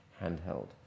handheld